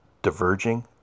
Diverging